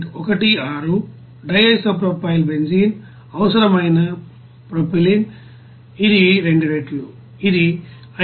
16 DIPB అవసరమైన propylene ఇది 2 రెట్లు ఇది 5